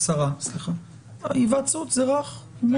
היוועצות זה רך.